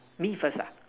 me first ah